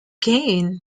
gained